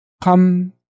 Come